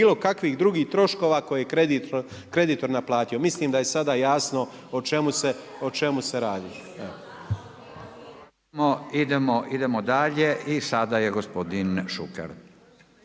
bilokakvih drugih troškova koje je kreditor naplatio.“ Mislim da je sada jasno o čemu se radi, evo. grmoja **Radin, Furio